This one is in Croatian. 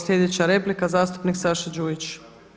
Slijedeća replika zastupnik Saša Đujić.